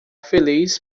feliz